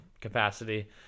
capacity